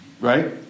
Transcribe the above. Right